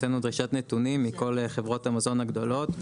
הוצאנו דרישת נתונים מכל חברות המזון הגדולות,